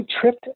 tripped